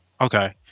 Okay